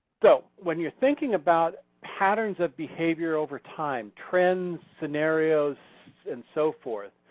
so when you're thinking about patterns of behavior over time, trends, scenarios, and so forth,